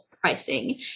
pricing